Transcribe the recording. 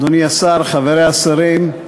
אדוני השר, חברי השרים,